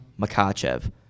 Makachev